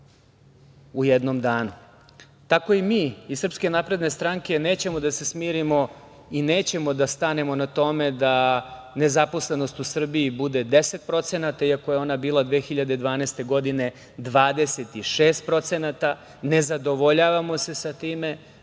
u jednom danu. Tako i mi iz SNS nećemo da se smirimo i nećemo da stanemo na tome da nezaposlenost u Srbiji bude 10%, iako je bila 2012. godine 26%, ne zadovoljavamo se sa time.